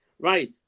right